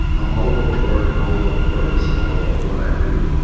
i'm all about the work. i'm all about the purpose. i'm all about what i do.